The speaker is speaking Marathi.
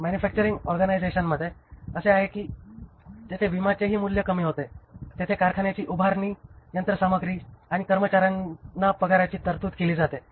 मॅन्युफॅक्चरिंग ऑर्गनायझेशनमध्ये असे आहे की तेथे विम्याचेही मूल्य कमी होते आणि तेथे कारखान्याची उभारणी यंत्रसामग्री आणि कर्मचार्यांना पगाराची तरतूद केली जाते